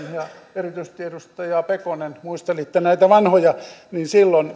erityisesti edustaja pekonen näitä vanhoja niin silloin